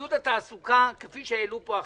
עידוד התעסוקה, כפי שהעלו פה החברים,